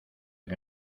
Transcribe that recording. que